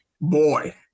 Boy